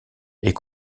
est